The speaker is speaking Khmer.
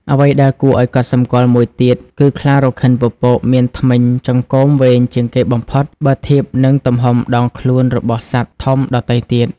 អ្វីដែលគួរឲ្យកត់សម្គាល់មួយទៀតគឺ ខ្លារខិនពពកមាន ធ្មេញចង្កូមវែងជាងគេបំផុត បើធៀបនឹងទំហំដងខ្លួនរបស់សត្វធំដទៃទៀត។